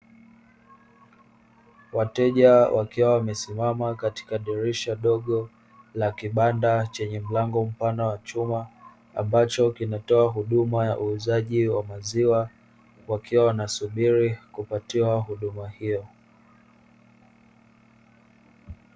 Wateja wakiwa wamesimama katika dirisha dogo la kibanda chenye mlango mpana wa chuma, ambacho kinatoa huduma ya uuzaji wa maziwa wakiwa wanasubiri kupatiwa huduma hiyo.